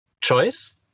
choice